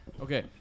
okay